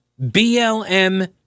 BLM